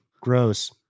Gross